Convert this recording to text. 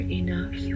enough